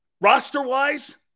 Roster-wise